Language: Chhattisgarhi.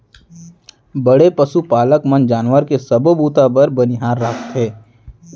बड़े पसु पालक मन जानवर के सबो बूता बर बनिहार राखथें